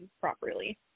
properly